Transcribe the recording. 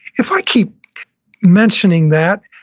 if i keep mentioning that,